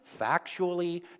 factually